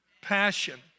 Passion